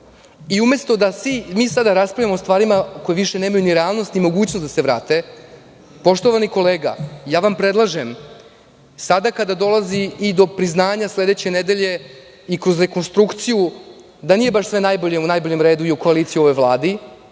sektora. Mi sada raspravljamo o stvarima koje više nemaju ni realnost ni mogućnost da se vrate. Poštovani kolega, predlažem vam, sada kada dolazi i do priznanja sledeće nedelje i kroz rekonstrukciju, da nije baš sve najbolje i u najboljem redu i u koaliciji u ovoj Vladi,